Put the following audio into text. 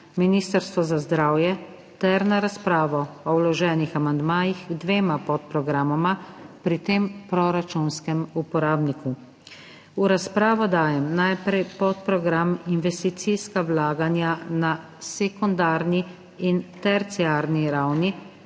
Ministrstvo za zdravje ter na razpravo o vloženih amandmajih k dvema podprogramoma pri tem proračunskem uporabniku. V razpravo dajem najprej podprogram Investicijska vlaganja na sekundarni in terciarni ravni